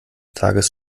tages